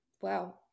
Wow